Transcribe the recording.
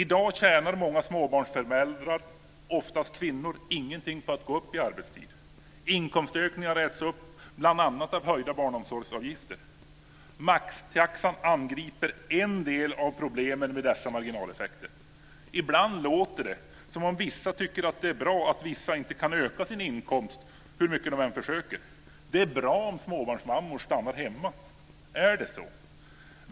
I dag tjänar många småbarnsföräldrar, oftast kvinnor, ingenting på att gå upp i arbetstid. Inkomstökningarna äts upp av bl.a. höjda barnomsorgsavgifter. Maxtaxan angriper en del av problemen med dessa marginaleffekter. Ibland låter det som om vissa tycker att det är bra att vissa inte kan öka sin inkomst hur mycket de än försöker, att det är bra om småbarnsmammor stannar hemma. Är det så?